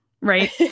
right